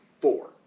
four